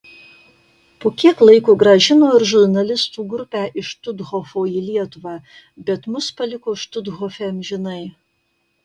po kiek laiko grąžino ir žurnalistų grupę iš štuthofo į lietuvą bet mus paliko štuthofe amžinai